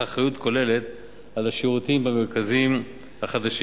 אחריות כוללת לשירותים במרכזים החדשים.